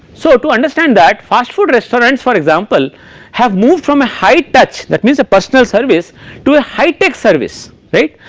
so to understand that fast food restaurants for example have move from a high touch that means a personal service to a high tech service right.